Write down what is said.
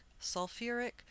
sulfuric